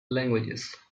languages